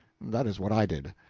that is what i did.